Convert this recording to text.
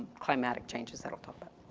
climatic changes that i'll but